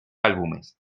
álbumes